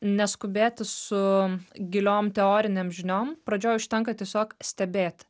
neskubėti su giliom teorinėm žiniom pradžioj užtenka tiesiog stebėti